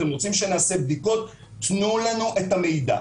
אתם רוצים שנעשה בדיקות תנו לנו את המידע.